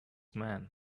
man